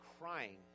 crying